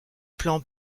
plans